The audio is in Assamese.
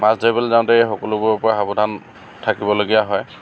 মাছ ধৰিবলৈ যাওঁতে এই সকলোবোৰৰ পৰা সাৱধান থাকিবলগীয়া হয়